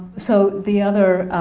so the other